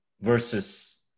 versus